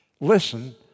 Listen